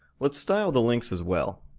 let's style the links as well.